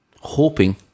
hoping